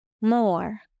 more